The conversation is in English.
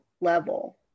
level